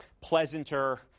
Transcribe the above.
pleasanter